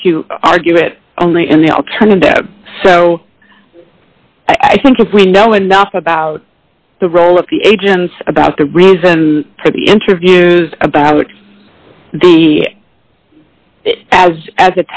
fact you argue it only in the alternative so i think if we know enough about the role of the agents about the reason for the interviews about the as a